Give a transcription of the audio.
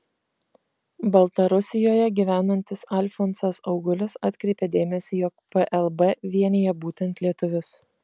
baltarusijoje gyvenantis alfonsas augulis atkreipė dėmesį jog plb vienija būtent lietuvius